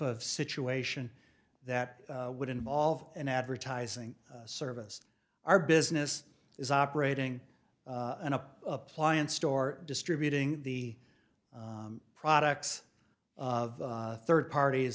of situation that would involve an advertising service our business is operating an appliance store distributing the products of third parties